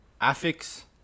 Affix